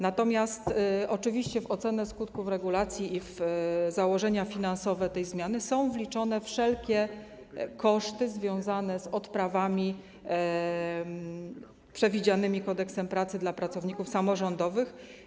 Natomiast oczywiście w ocenie skutków regulacji i w założeniach finansowych tej zmiany są uwzględnione wszelkie koszty związane z odprawami przewidzianymi Kodeksem pracy dla pracowników samorządowych.